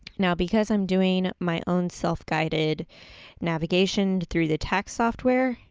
now, because i'm doing my own self guided navigation through the tax software,